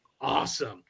awesome